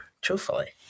truthfully